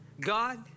God